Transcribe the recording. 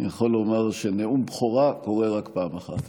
אני יכול לומר שנאום בכורה קורה רק פעם אחת.